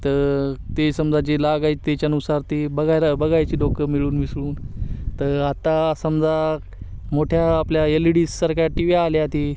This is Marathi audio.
तर ते समजा जी लागाय त्याच्यानुसार ते बघायला बघायची लोकं मिळून मिसळून तर आता समजा मोठ्या आपल्या एल ई डीसारख्या टी वीही आल्यात